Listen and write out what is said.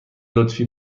لطفی